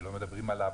שלא מדברים עליהם,